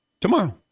tomorrow